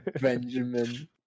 Benjamin